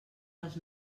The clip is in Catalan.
les